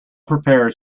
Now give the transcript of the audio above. prepares